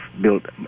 built